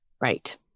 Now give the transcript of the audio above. Right